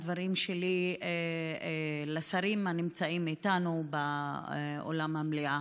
הדברים שלי הם לשרים הנמצאים איתנו באולם המליאה.